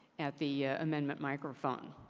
at the amendment microphone.